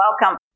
welcome